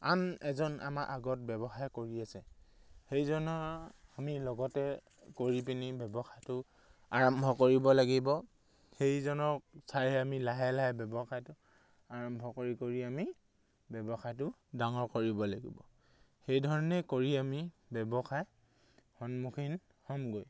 আন এজন আমাৰ আগত ব্যৱসায় কৰি আছে সেইজনৰ আমি লগতে কৰি পিনি ব্যৱসায়টো আৰম্ভ কৰিব লাগিব সেইজনক চাইহে আমি লাহে লাহে ব্যৱসায়টো আৰম্ভ কৰি কৰি আমি ব্যৱসায়টো ডাঙৰ কৰিব লাগিব সেইধৰণে কৰি আমি ব্যৱসায় সন্মুখীন হ'মগৈ